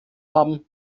haben